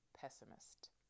pessimist